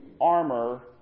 armor